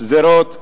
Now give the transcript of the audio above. שדרות,